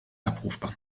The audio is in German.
abrufbar